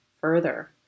further